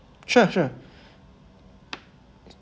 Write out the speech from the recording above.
sure sure